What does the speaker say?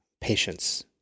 patience